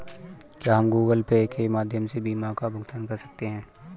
क्या हम Google Pay के माध्यम से बीमा का भुगतान कर सकते हैं?